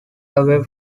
away